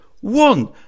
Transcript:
One